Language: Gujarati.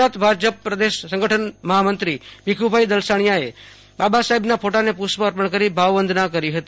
ગુજરાત ભાજપ પ્રદેશ સંગઠન મહામંત્રીશ્રી ભીખુભાઇ દલસાણિયાએ બાબાસાહેબના ફોટાને પુષ્પ અર્પણ કરી ભાવવંદન કરી હતી